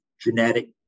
genetic